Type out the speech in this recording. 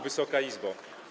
Wysoka Izbo!